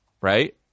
Right